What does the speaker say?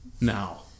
now